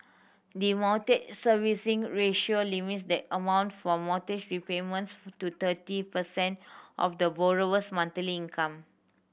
the Mortgage Servicing Ratio limits the amount for mortgage repayments to thirty percent of the borrower's monthly income